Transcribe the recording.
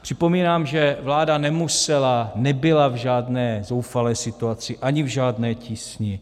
Připomínám, že vláda nemusela, nebyla v žádné zoufalé situaci ani v žádné tísni.